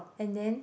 and then